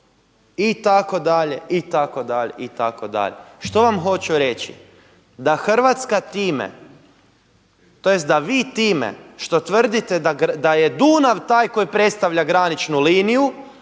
Siga itd., itd., itd. Što vam hoću reći? Da Hrvatska time, tj. da vi time što tvrdite da je Dunav taj koji predstavlja graničnu liniju,